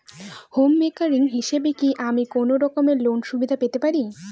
Home maker হিসেবে কি আমি কোনো রকম লোনের সুবিধা পেতে পারি?